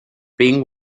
byng